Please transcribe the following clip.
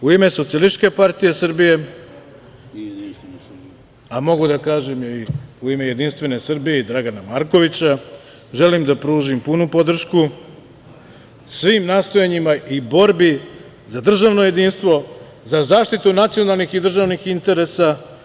U ime SPS, a mogu da kažem i u ime JS i Dragana Markovića, želim da pružim punu podršku svim nastojanjima i borbi za državno jedinstvo, za zaštitu nacionalnih i državnih interesa.